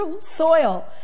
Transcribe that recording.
soil